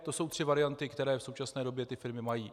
To jsou tři varianty, které v současné době firmy mají.